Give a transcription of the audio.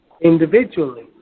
individually